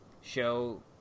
Show